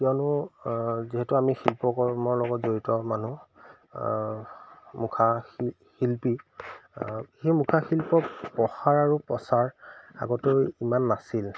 কিয়নো যিহেতু আমি শিল্পকৰ্মৰ লগত জড়িত মানুহ মুখা শিল শিল্পী সেই মুখা শিল্পক প্ৰসাৰ আৰু প্ৰচাৰ আগতে ইমান নাছিল